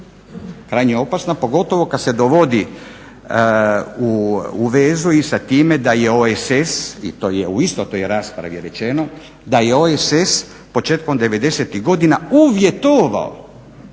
krajnje opasna pogotovo kad se dovodi u vezu i sa time da je OESS i to je u istoj toj raspravi rečeno da je OESS početkom devedesetih godina uvjetovao